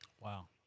wow